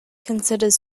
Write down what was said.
considers